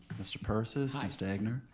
mr. persis, mr. egnor.